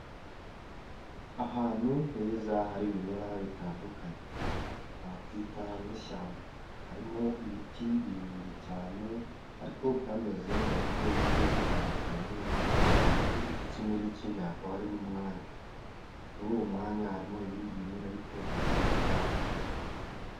Ahantu heza hari ibimera bitandukanye wakita nk'ishyamba, harimo ibiti birebire cyane ariko byameze mu buryo bugiye butandukanye hagati y'igiti kimwe n'ikindi hakaba harimo umwanya. Muri uwo mwanya harimo ibindi bimera ariko bigufi cyane.